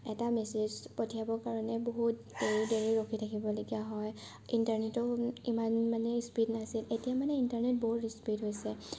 এটা মেছেজ পঠিয়াব কাৰণে বহুত দেৰি দেৰি ৰখি থাকিবলগীয়া হয় ইণ্টাৰনেটৰো ইমান মানে স্পীড নাছিল এতিয়া মানে ইণ্টাৰনেট বহুত স্পীড হৈছে